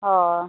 ᱦᱳᱭ